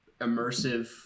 immersive